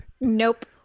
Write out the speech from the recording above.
Nope